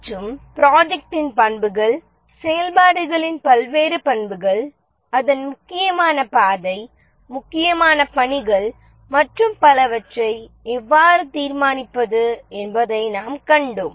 மற்றும் ப்ரொஜெக்ட்டின் பண்புகள் செயல்பாடுகளின் பல்வேறு பண்புகள் அதன் முக்கியமான பாதை முக்கியமான பணிகள் மற்றும் பலவற்றை எவ்வாறு தீர்மானிப்பது என்பதை நாம் கண்டோம்